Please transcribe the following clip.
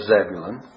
Zebulun